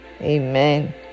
amen